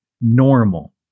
normal